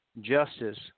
Justice